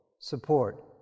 support